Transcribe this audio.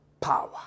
power